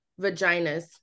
vaginas